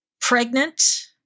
pregnant